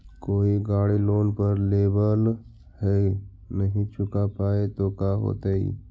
कोई गाड़ी लोन पर लेबल है नही चुका पाए तो का होतई?